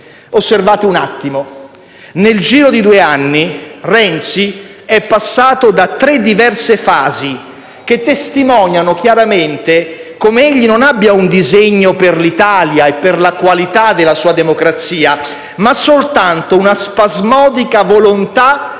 Osservate un attimo, colleghi: nel giro di due anni Renzi è passato da tre diverse fasi che testimoniano chiaramente come egli abbia non un disegno per l'Italia e per la qualità della sua democrazia, ma soltanto una spasmodica volontà